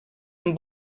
amb